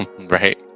Right